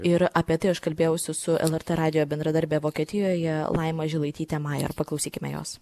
ir apie tai aš kalbėjausi su lrt radijo bendradarbe vokietijoje laima žilaityte maer paklausykime jos